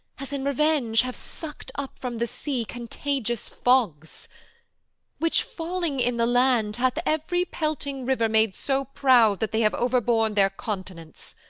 as in revenge, have suck'd up from the sea contagious fogs which, falling in the land, hath every pelting river made so proud that they have overborne their continents.